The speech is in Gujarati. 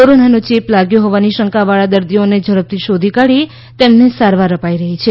કોરોનાનો ચેપ લાગ્યો હોવાની શંકાવાળા દર્દીઓને ઝડપથી શોધી કાઢી તેમને સારવાર અપાઇ રહી છે